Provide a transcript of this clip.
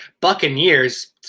Buccaneers